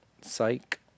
Psych